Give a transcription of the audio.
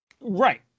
Right